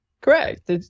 Correct